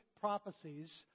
prophecies